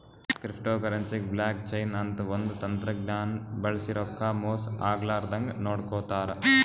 ಕ್ರಿಪ್ಟೋಕರೆನ್ಸಿಗ್ blockchain ಅಂತ್ ಒಂದ್ ತಂತಜ್ಞಾನ್ ಬಳ್ಸಿ ರೊಕ್ಕಾ ಮೋಸ್ ಆಗ್ಲರದಂಗ್ ನೋಡ್ಕೋತಾರ್